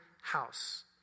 house